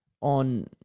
on